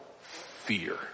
fear